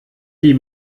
die